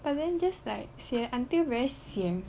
but then just like 写 until very sian